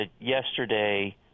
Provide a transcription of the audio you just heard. yesterday